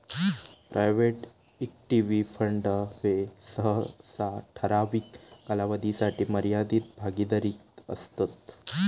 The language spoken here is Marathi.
प्रायव्हेट इक्विटी फंड ह्ये सहसा ठराविक कालावधीसाठी मर्यादित भागीदारीत असतत